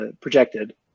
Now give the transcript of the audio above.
projected